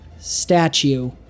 Statue